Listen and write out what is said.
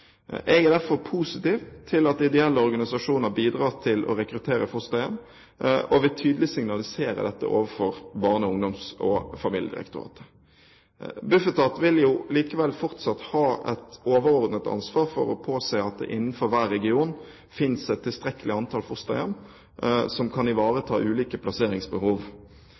Jeg er derfor positiv til at ideelle organisasjoner bidrar til å rekruttere fosterhjem, og vil tydelig signalisere dette overfor Barne-, ungdoms- og familiedirektoratet. Bufetat vil likevel fortsatt ha et overordnet ansvar for å påse at det innenfor hver region finnes et tilstrekkelig antall fosterhjem som kan ivareta de ulike plasseringsbehov.